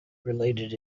related